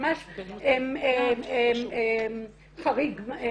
ממש החלטה חריגה.